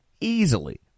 easily